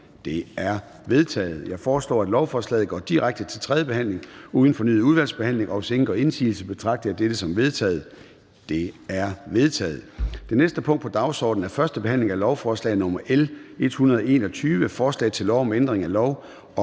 De er vedtaget. Jeg foreslår, at lovforslaget går direkte til tredje behandling uden fornyet udvalgsbehandling, og hvis ingen gør indsigelse, betragter jeg dette som vedtaget. Det er vedtaget. --- Det næste punkt på dagsordenen er: 16) 1. behandling af lovforslag nr. L 121: Forslag til lov om ændring af lov